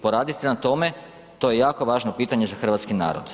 Poradite na tome, to je jako važno pitanje za hrvatski narod.